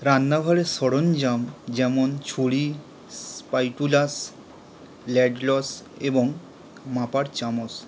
রান্নাঘরের সরঞ্জাম যেমন ছুরি স্প্যাটুলা ল্যাডল এবং মাপার চামচ